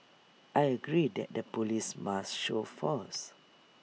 I agree that the Police must show force